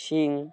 Singh